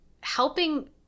helping